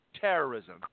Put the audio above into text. terrorism